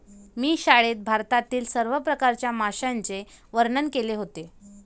मी शाळेत भारतातील सर्व प्रकारच्या माशांचे वर्णन केले होते